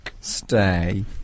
Stay